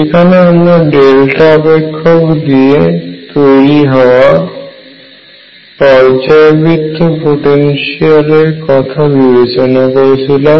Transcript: সেখানে আমরা ডেল্টা অপেক্ষক দিয়ে তৈরি হওয়া পর্যায়বৃত্ত পোটেনশিয়াল এর কথা বিবেচনা করেছিলাম